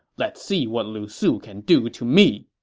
let's see what lu su can do to me!